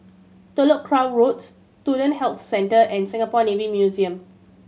Telok Kurau Road Student Health Centre and Singapore Navy Museum